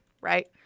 right